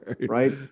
right